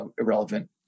irrelevant